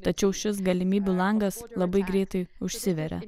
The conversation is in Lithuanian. tačiau šis galimybių langas labai greitai užsiveria